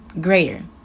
greater